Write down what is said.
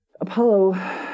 Apollo